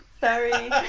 Sorry